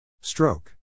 Stroke